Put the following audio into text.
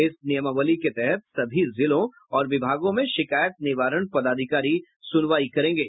इस नियमावली के तहत सभी जिलों और विभागों में शिकायत निवारण पदाधिकारी सुनवाई करेंगे